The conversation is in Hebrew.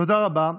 תודה רבה.